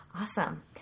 Awesome